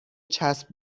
چسب